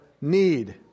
need